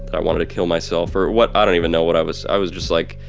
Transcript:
i wanted to kill myself or what i don't even know what i was i was just, like,